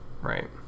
Right